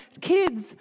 kids